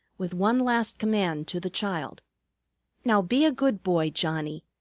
with one last command to the child now be a good boy, johnnie.